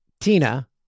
Tina